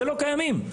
שלא קיימים,